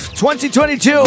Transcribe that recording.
2022